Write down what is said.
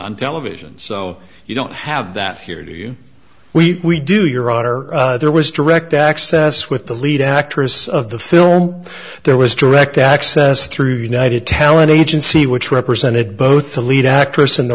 on television so you don't have that here do you we do your honor there was direct access with the lead actress of the film there was direct access through united talent agency which represented both the lead actress and the